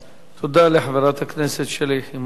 תודה רבה לחברת הכנסת שלי יחימוביץ.